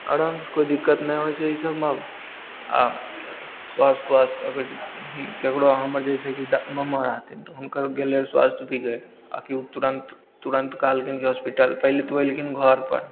आरामसँ कोइ दिक्कत नहि होइ छै ई सबमे आओर स्वास्थ वास्थ ककरो हमर जैसे की मामा रहथिन हुनकर गेलय स्वास्थ बिगरि आकि ओ तुरन्त तुरन्त कहलखिन कि हॉस्पिटल पहिले तऽ ओ अयलखिन घरपर